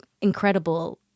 incredible